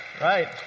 Right